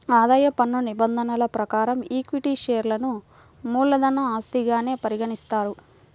ఆదాయ పన్ను నిబంధనల ప్రకారం ఈక్విటీ షేర్లను మూలధన ఆస్తిగానే పరిగణిస్తారు